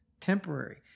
temporary